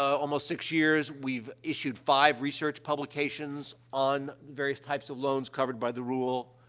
almost six years, we've issued five research publications on various types of loans covered by the rule.